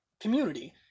community